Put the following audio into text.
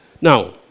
Now